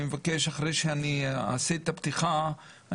אחרי שאני אעשה את הפתיחה,